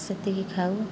ସେତିକି ଖାଉ